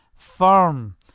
Firm